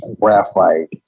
graphite